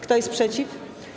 Kto jest przeciw?